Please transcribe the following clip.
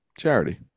Charity